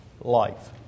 life